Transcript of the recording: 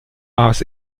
aus